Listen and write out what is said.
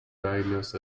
diagnosed